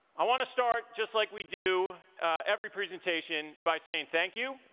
i want to start just like we do every presentation by saying, thank you.